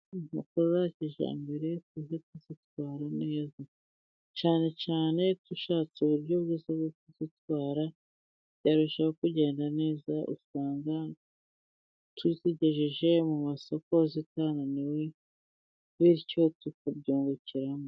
Inkoko za kijyambere tujye tuzitwara neza, cyane cyane iyo dushatse uburyo bwo kuzitwara byarushaho kugenda neza, usanga tuzigejeje mu masoko zitananiwe bityo tukabyungukiramo.